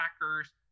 hackers